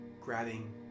grabbing